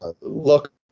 look